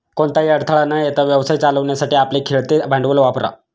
कोणताही अडथळा न येता व्यवसाय चालवण्यासाठी आपले खेळते भांडवल वापरा